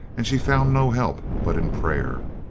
and she found no help but in prayer.